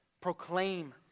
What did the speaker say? proclaim